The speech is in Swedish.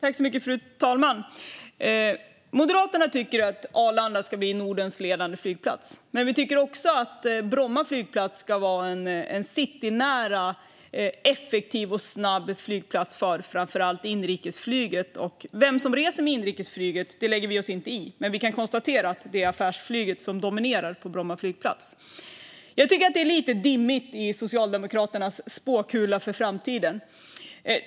Fru talman! Moderaterna tycker att Arlanda ska bli Nordens ledande flygplats. Men vi tycker också att Bromma flygplats ska vara en citynära och effektiv flygplats för framför allt inrikesflyget. Vem som reser med inrikesflyget lägger vi oss inte i. Men vi kan konstatera att det är affärsflyget som dominerar på Bromma flygplats. Jag tycker att Socialdemokraternas spåkula när det gäller framtiden är lite dimmig.